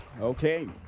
Okay